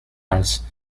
als